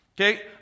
okay